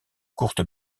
courte